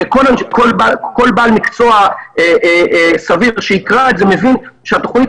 וכל בעל מקצוע סביר שכשיקרא את זה מבין שהתוכנית